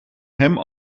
hem